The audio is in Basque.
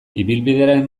ibilbidearen